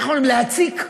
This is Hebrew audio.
איך אומרים, להציק,